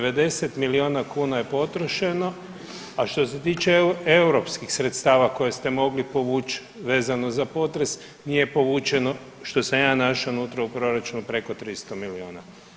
90 miliona kuna je potrošeno, a što se tiče europskih sredstava koje ste mogli povući vezano za potres, nije povučeno što sam ja našao nutra u proračunu preko 300 miliona.